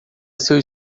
seu